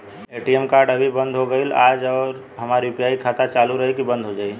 ATM card अभी बंद हो गईल आज और हमार यू.पी.आई खाता चालू रही की बन्द हो जाई?